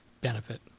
benefit